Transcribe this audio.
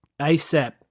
ASAP